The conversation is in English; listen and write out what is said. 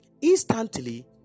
Instantly